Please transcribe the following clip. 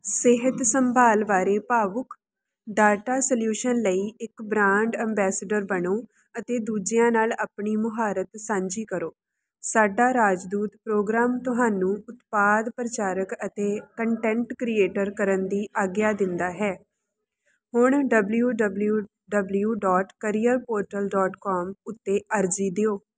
ਸਿਹਤ ਸੰਭਾਲ ਬਾਰੇ ਭਾਵੁਕ ਡਾਟਾ ਸਲਿਊਸ਼ਨ ਲਈ ਇੱਕ ਬ੍ਰਾਂਡ ਅੰਬੈਸਡਰ ਬਣੋ ਅਤੇ ਦੂਜਿਆਂ ਨਾਲ ਆਪਣੀ ਮੁਹਾਰਤ ਸਾਂਝੀ ਕਰੋ ਸਾਡਾ ਰਾਜਦੂਤ ਪ੍ਰੋਗਰਾਮ ਤੁਹਾਨੂੰ ਉਤਪਾਦ ਪ੍ਰਚਾਰਕ ਅਤੇ ਕੰਟੈਂਟ ਕਰੀਏਟਰ ਕਰਨ ਦੀ ਆਗਿਆ ਦਿੰਦਾ ਹੈ ਹੁਣ W W W dot career portal dot com ਉੱਤੇ ਅਰਜ਼ੀ ਦਿਓ